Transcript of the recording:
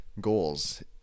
goals